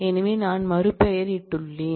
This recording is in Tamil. எனவே நான் மறுபெயரிட்டுள்ளேன்